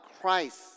Christ